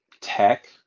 tech